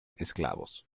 esclavos